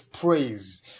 praise